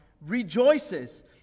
rejoices